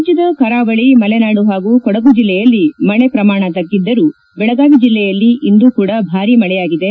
ರಾಜ್ಯದ ಕರಾವಳಿ ಮಲೆನಾಡು ಹಾಗೂ ಕೊಡುಗು ಜಿಲ್ಲೆಯಲ್ಲಿ ಮಳೆ ಪ್ರಮಾಣ ತಗ್ಗಿದ್ದರೂ ಬೆಳಗಾವಿ ಜಿಲ್ಲೆಯಲ್ಲಿ ಇಂದು ಕೂಡ ಭಾರೀ ಮಳೆಯಾಗಿದೆ